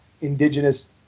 indigenous